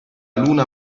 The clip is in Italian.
luna